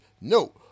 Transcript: no